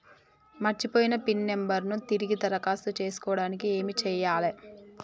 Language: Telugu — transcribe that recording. మర్చిపోయిన పిన్ నంబర్ ను తిరిగి దరఖాస్తు చేసుకోవడానికి ఏమి చేయాలే?